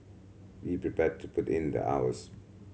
be prepared to put in the hours